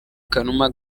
kanuma